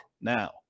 now